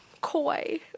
coy